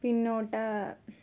പിന്നോട്ട്